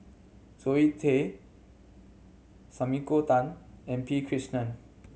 Zoe Tay Sumiko Tan and P Krishnan